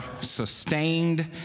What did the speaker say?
sustained